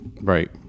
Right